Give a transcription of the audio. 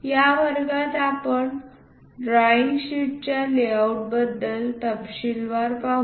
या वर्गात आपण ड्रॉईंग शीटच्या लेआउट बद्दल तपशीलवार पाहू